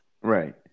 Right